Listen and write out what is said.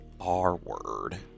r-word